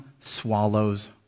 swallows